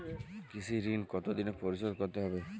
কৃষি ঋণ কতোদিনে পরিশোধ করতে হবে?